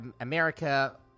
America